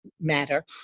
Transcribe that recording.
matter